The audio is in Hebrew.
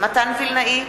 מתן וילנאי,